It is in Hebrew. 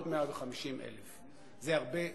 עוד 150,000. זה הרבה מאוד.